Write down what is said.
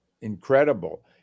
incredible